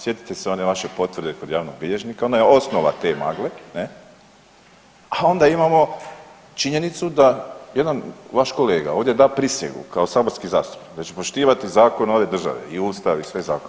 Sjetite se one potvrde kod javnog bilježnika, ona je osnova te magle, ne, a onda imamo činjenicu da jedan vaš kolega ovdje da prisegu kao saborski zastupnik, da će poštivati zakone ove države i Ustav i sve zakona.